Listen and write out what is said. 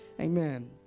Amen